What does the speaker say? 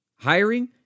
Hiring